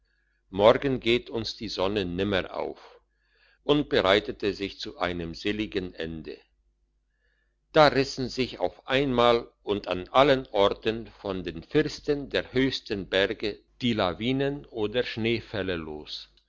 morgen geht uns die sonne nimmer auf und bereitete sich zu einem seligen ende da rissen sich auf einmal und an allen orten von den firsten der höchsten berge die lawinen oder schneefälle los